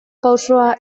pausoa